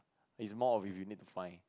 is more of if you need to find